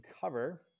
cover